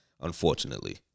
unfortunately